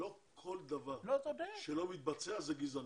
לא כל דבר שלא מתבצע זה גזענות.